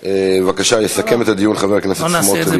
בבקשה, יסכם את הדיון חבר הכנסת סמוטריץ.